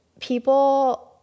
people